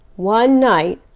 one night,